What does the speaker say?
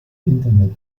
internet